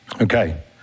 Okay